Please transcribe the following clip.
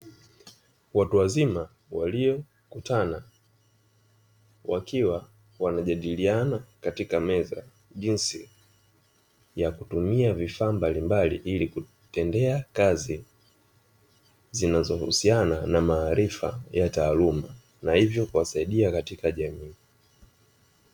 Watu wazima waliokutana, wakiwa wanajadiliana katika meza jinsi ya kutumia vifaa mbalimbali ili kutendea kazi zinazohusiana na maarifa ya taaluma na hivyo kuwasaidia katika jamii.